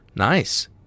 Nice